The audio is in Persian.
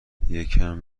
یکم